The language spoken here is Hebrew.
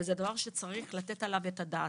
וזה דבר שצריך לתת עליו את הדעת.